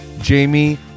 Jamie